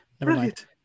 Brilliant